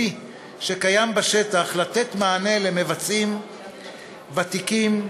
שקיים בשטח לתת מענה למבצעים ותיקים,